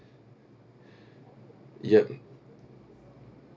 yup